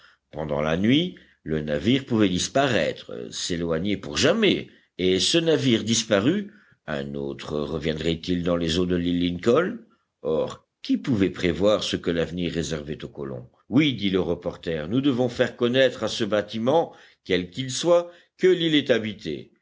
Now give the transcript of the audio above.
pendant la nuit le navire pouvait disparaître s'éloigner pour jamais et ce navire disparu un autre reviendrait-il dans les eaux de l'île lincoln or qui pouvait prévoir ce que l'avenir réservait aux colons oui dit le reporter nous devons faire connaître à ce bâtiment quel qu'il soit que l'île est habitée